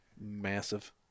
massive